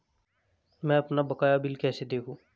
मैं अपना बकाया बिल कैसे देखूं?